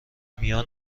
میان